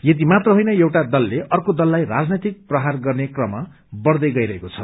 यति मात्र होइन एउटा दलले आर्के दललाइ राजनैतिक प्रहार गर्ने क्रम बढ़दै गईरहेको छ